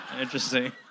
Interesting